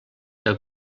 que